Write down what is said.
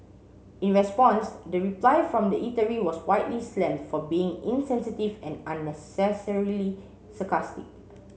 in response the reply from the eatery was widely slammed for being insensitive and unnecessarily sarcastic